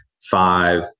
five